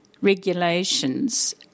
regulations